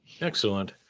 Excellent